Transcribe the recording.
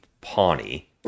Pawnee